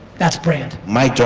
that's brand. mic